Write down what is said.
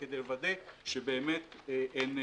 כדי לוודא שבאמת אין פגיעה.